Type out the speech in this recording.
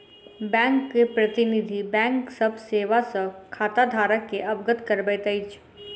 bank के प्रतिनिधि, बैंकक सभ सेवा सॅ खाताधारक के अवगत करबैत अछि